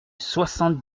soixante